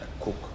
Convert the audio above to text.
cook